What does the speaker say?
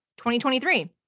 2023